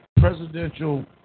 presidential